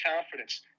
confidence